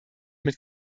mit